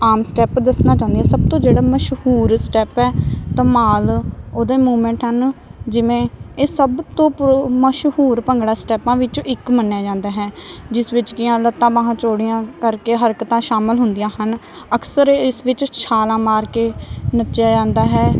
ਆਮ step ਦੱਸਣਾ ਚਾਹੁੰਨੀ ਆਂ ਸਭ ਤੋਂ ਜਿਹੜਾ ਮਸ਼ਹੂਰ ਸਟੈਪ ਐ ਧਮਾਲ ਉਹਦੇ ਮੂਮੈਂਟ ਹਨ ਜਿਵੇਂ ਇਹ ਸਭ ਤੋਂ ਮਸ਼ਹੂਰ ਭੰਗੜਾ ਸਟੈਪਾਂ ਵਿੱਚੋਂ ਇੱਕ ਮੰਨਿਆ ਜਾਂਦਾ ਹੈ ਜਿਸ ਵਿੱਚ ਕੀ ਆ ਲੱਤਾਂ ਬਾਹਾਂ ਚੋੜੀਆਂ ਕਰਕੇ ਹਰਕਤਾਂ ਸ਼ਾਮਲ ਹੁੰਦੀਆਂ ਹਨ ਅਕਸਰ ਇਸ ਵਿੱਚ ਛਾਲਾਂ ਮਾਰ ਕੇ ਨੱਚਿਆ ਜਾਂਦਾ ਹੈ